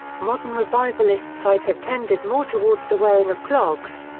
modern revivalist sides have tended more towards the wearing of clogs.